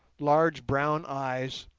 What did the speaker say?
large brown eyes,